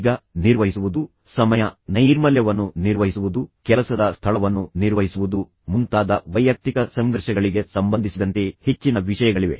ಈಗ ನಿರ್ವಹಿಸುವುದು ಸಮಯ ನೈರ್ಮಲ್ಯವನ್ನು ನಿರ್ವಹಿಸುವುದು ಕೆಲಸದ ಸ್ಥಳವನ್ನು ನಿರ್ವಹಿಸುವುದು ಮುಂತಾದ ವೈಯಕ್ತಿಕ ಸಂಘರ್ಷಗಳಿಗೆ ಸಂಬಂಧಿಸಿದಂತೆ ಹೆಚ್ಚಿನ ವಿಷಯಗಳಿವೆ